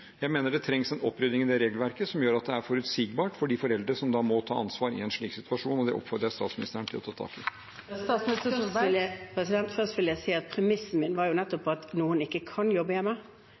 Jeg mener det trengs en opprydning i det regelverket som gjør at det er forutsigbart for de foreldrene som må ta ansvar i en slik situasjon, og det oppfordrer jeg statsministeren til å ta tak i. Først vil jeg si at premisset mitt jo nettopp var at noen ikke kan jobbe